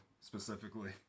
specifically